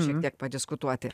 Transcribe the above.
šiek tiek padiskutuoti